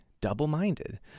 Double-minded